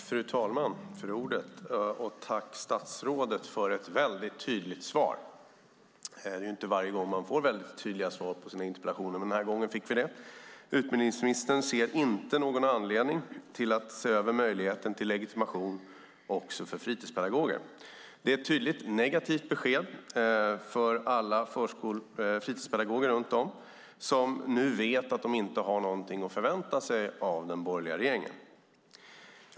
Fru talman! Tack, statsrådet, för ett väldigt tydligt svar! Det är inte varje gång man får tydliga svar på sina interpellationer, men den här gången fick vi det. Utbildningsministern ser inte någon anledning att se över möjligheten till legitimation också för fritidspedagoger. Det är ett tydligt negativt besked för alla fritidspedagoger runt om i landet som nu vet att de inte har någonting att förvänta sig av den borgerliga regeringen.